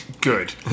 Good